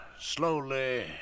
slowly